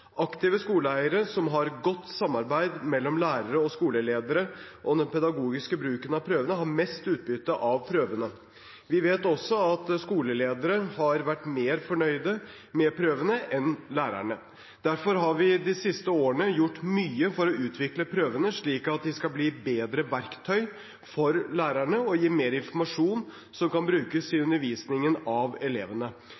Aktive skoleeiere som har godt samarbeid mellom lærere og skoleledere om den pedagogiske bruken av prøvene, har mest utbytte av prøvene. Vi vet også at skoleledere har vært mer fornøyde med prøvene enn lærerne. Derfor har vi de siste årene gjort mye for å utvikle prøvene slik at de skal bli bedre verktøy for lærerne og gi mer informasjon som kan brukes i